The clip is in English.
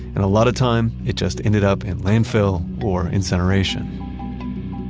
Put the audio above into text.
and a lot of time it just ended up in landfill or incineration.